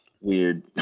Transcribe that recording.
weird